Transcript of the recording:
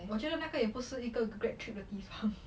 我觉得那个也不是一个 grad trip 的地方: de di fang